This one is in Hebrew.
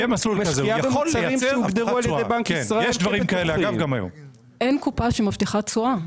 אין קופה שמבטיחה תשואה.